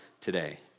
today